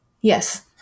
Yes